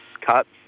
cuts